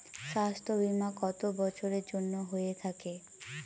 স্বাস্থ্যবীমা কত বছরের জন্য হয়ে থাকে?